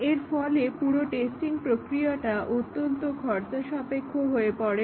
এর ফলে পুরো টেস্টিং প্রক্রিয়াটা অত্যন্ত খরচসাপেক্ষ হয়ে পড়ে